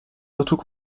surtout